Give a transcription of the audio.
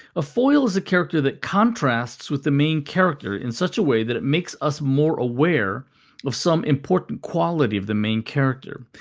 a foil is a character that contrasts with the main character is such a way that it makes us more aware of some important quality of the main character.